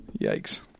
Yikes